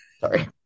sorry